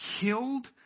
killed